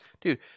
Dude